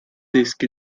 disk